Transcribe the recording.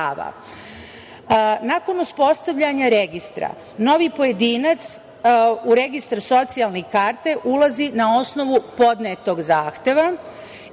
prava. Nakon uspostavljanja registra, novi pojedinac u registar socijalne karte ulazi na osnovu podnetog zahteva